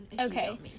okay